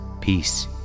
Peace